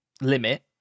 limit